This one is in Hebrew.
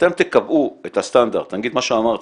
שאתם תקבעו את הסטנדרט, אני אגיד מה שאמרתי,